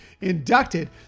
inducted